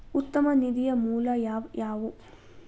ಉತ್ತಮ ನಿಧಿಯ ಮೂಲ ಯಾವವ್ಯಾವು?